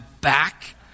back